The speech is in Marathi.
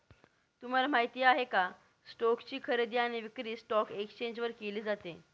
तुम्हाला माहिती आहे का? स्टोक्स ची खरेदी आणि विक्री स्टॉक एक्सचेंज वर केली जाते